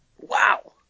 Wow